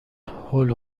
هول